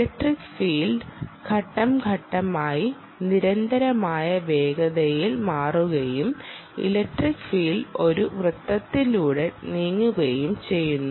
electric field ഘട്ടം ഘട്ടമായി നിരന്തരമായ വേഗതയിൽ മാറുകയും ഇലക്ട്രിക് ഫീൽഡ് ഒരു വൃത്തത്തിലൂടെ നീങ്ങുകയും ചെയ്യുന്നു